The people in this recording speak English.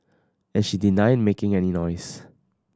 and she denied making any noise